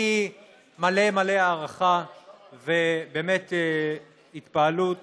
אני מלא מלא הערכה ובאמת התפעלות